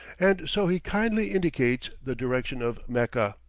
and so he kindly indicates the direction of mecca.